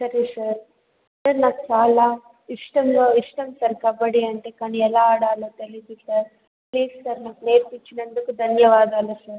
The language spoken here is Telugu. సరే సార్ సార్ నాకు చాలా ఇష్టం ఇష్టం సార్ కబడ్డీ అంటే కానీ ఎలా ఆడాలో తెలీదు సార్ ప్లీజ్ సార్ నాకు నేర్పించినందుకు ధన్యవాదాలు సార్